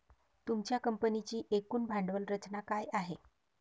तुमच्या कंपनीची एकूण भांडवल रचना काय आहे?